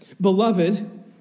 Beloved